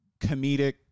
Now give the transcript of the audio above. comedic